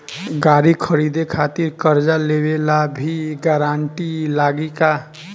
गाड़ी खरीदे खातिर कर्जा लेवे ला भी गारंटी लागी का?